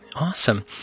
Awesome